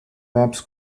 maps